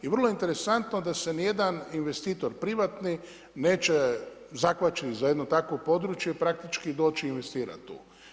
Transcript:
I vrlo je interesantno, da se ni jedan investitor privatni, neće zakvačiti za jedno tako takvo područje i praktički doći investirati tu.